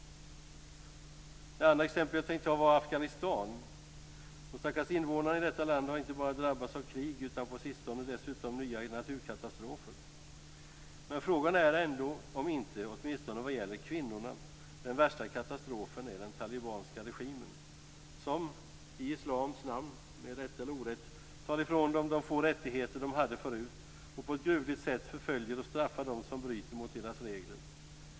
Det andra exemplet jag tänker ta upp är Afghanistan. De stackars invånarna i detta land har inte bara drabbats av krig utan på sistone dessutom av nya naturkatastrofer. Men frågan är ändå om inte, åtminstone vad gäller kvinnorna, den värsta katastrofen är den talibanska regimen som i islams namn, rätt eller orätt, tar ifrån dem de få rättigheter de hade förut och på ett gruvligt sätt förföljer och straffar dem som bryter mot deras regler.